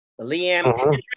Liam